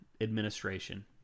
administration